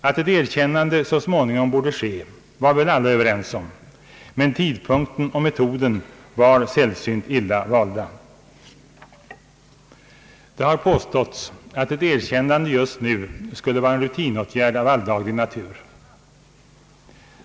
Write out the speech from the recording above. Att ett erkännande så småningom borde ske var väl alla överens om, men tidpunkten och metoden var sällsynt illa valda. Det har påståtts att ett erkännande just nu skulle vara en rutinåtgärd av alldaglig natur.